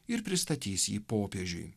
ir pristatys jį popiežiui